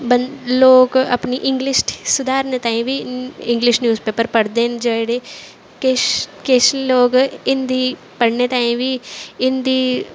लोग अपनी इंग्लिश सुधारने तांहीं बी इंग्लिश न्यूज़ पेपर पढ़दे न जेह्ड़े किश किश लोग हिन्दी पढ़ने तांहीं बी हिन्दी